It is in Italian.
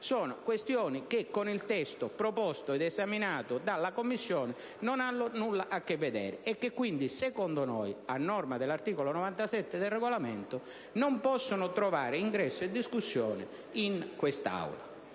di disposizioni che con il testo approvato dalla Camera ed esaminato dalla Commissione non hanno nulla a che vedere e che quindi secondo noi, a norma dell'articolo 97 del Regolamento, non possono trovare ingresso e discussione in quest'Aula.